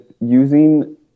using